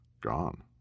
Gone